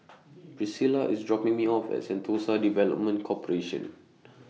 Priscila IS dropping Me off At Sentosa Development Corporation